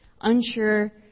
unsure